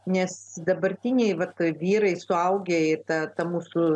nes dabartiniai vat vyrai suaugę į tą ta mūsų